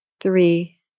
Three